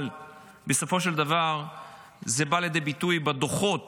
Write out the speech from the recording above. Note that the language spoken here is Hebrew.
אבל בסופו של דבר זה בא לידי ביטוי בדוחות